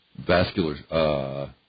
vascular